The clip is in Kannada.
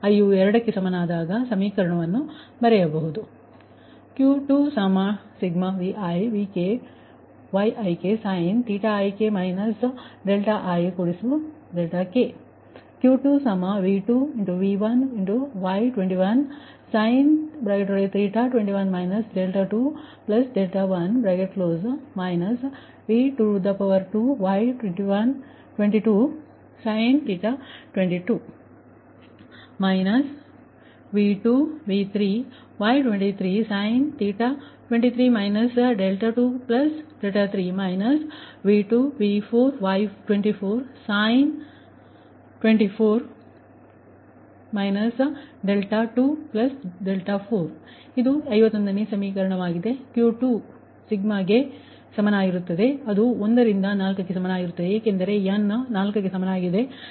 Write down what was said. i ಯು 2 ಕ್ಕೆ ಸಮಾನವಾಗಿದ್ದಾಗ ಈ ಸಮೀಕರಣವನ್ನು ನೀವು ಬರೆಯಬಹುದು Q2 k14ViVkYiksin ik ik Q2 V2V1Y21sin 21 21 |V22|Y22sin 22 V2V3Y23sin 23 23 V2V4Y24sin 24 24 ನೀವು ಬರೆಯಬಹುದಾದ 51ನೇ ಸಮೀಕರಣ Q2ಸಿಗ್ಮಾ ಕೆ ಗೆ ಸಮಾನವಾಗಿರುತ್ತದೆ ಅದು 1 ರಿಂದ 4ಕ್ಕೆ ಸಮಾನವಾಗಿರುತ್ತದೆ ಏಕೆಂದರೆ ಎನ್ 4ಕ್ಕೆ ಸಮಾನವಾಗಿದೆ ಸರಿ